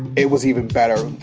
it was even better.